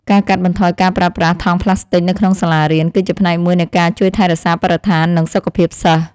ការកាត់បន្ថយការប្រើប្រាស់ថង់ប្លាស្ទិកនៅក្នុងសាលារៀន គឺជាផ្នែកមួយនៃការជួយថែរក្សាបរិស្ថាននិងសុខភាពសិស្ស។